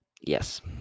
Yes